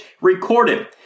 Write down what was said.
recorded